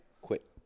quit